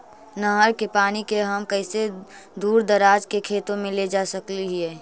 नहर के पानी के हम कैसे दुर दराज के खेतों में ले जा सक हिय?